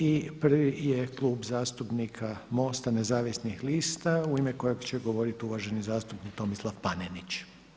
I prvi je Klub zastupnika MOST-a Nezavisnih lista u ime kojeg će govoriti uvaženi zastupnik Tomislav Panenić.